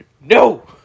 No